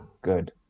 good